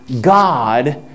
God